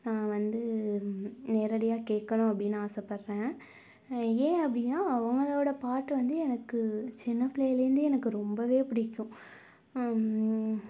நான் வந்து நேரடியாக கேட்கணும் அப்படினு ஆசைப்பட்றேன் ஏன் அப்படினா அவங்களோட பாட்டு வந்து எனக்கு சின்ன பிள்ளையிலேந்தே எனக்கு ரொம்பவே பிடிக்கும்